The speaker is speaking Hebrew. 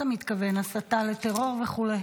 הסתה לטרור וכו'?